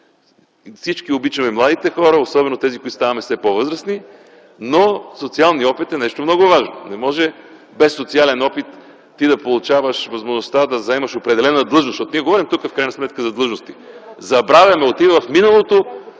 Всички обичаме младите хора, особено тези, които ставаме все по-възрастни, но социалният опит е нещо много важно. Не може без социален опит да получиш възможността да заемеш определена длъжност. В крайна сметка тук говорим за длъжности. Забравяме и в миналото